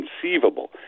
conceivable